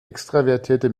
extravertierte